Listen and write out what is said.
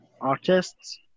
artists